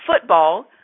football